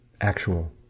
actual